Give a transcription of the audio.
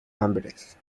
amberes